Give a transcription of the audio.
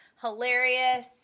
hilarious